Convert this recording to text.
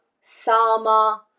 Sama